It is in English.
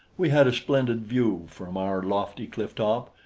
we had a splendid view from our lofty cliff-top.